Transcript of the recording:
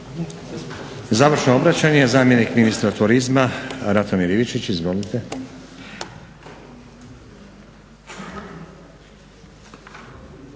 Završno obraćanje zamjenik ministra turizma Ratomir Ivičić. **Ivičić,